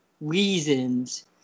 reasons